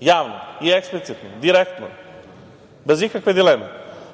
javno i eksplicitno, direktno, bez ikakve dileme.